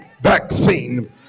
vaccine